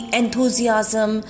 enthusiasm